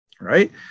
right